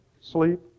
sleep